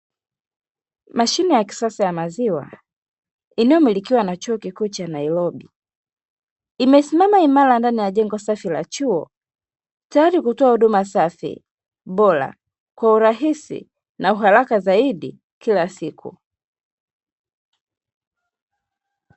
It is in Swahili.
Mashine ya kisasa ya maziwa inayomilikiwa na chuo kikuu cha nairobi, imesimama imara ndani ya jengo safi la chuo tayari kutoa huduma safi, bora kwa urahisi na uharaka zaidi kila siku.